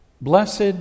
Blessed